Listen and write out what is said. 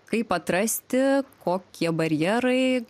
kaip atrasti kokie barjerai